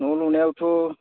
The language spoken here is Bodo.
न' लुनायावथ'